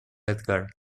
edgar